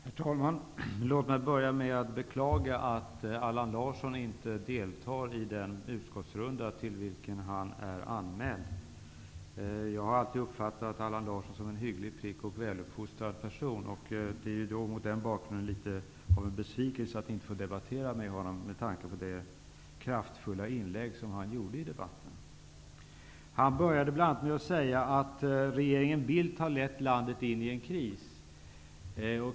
Herr talman! Låt mig börja med att beklaga att Allan Larsson inte deltar i den utskottsrunda till vilken han är anmäld. Jag har alltid uppfattat Allan Larsson som en hygglig prick och väluppfostrad person, och det är mot den bakgrunden litet av en besvikelse att inte få debattera med honom, med tanke på det kraftfulla inlägg som han gjorde i debatten. Han började med att säga bl.a. att regeringen Bildt har lett landet in i en kris.